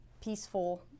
peaceful